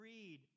Read